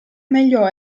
meglio